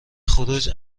خروج